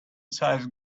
sized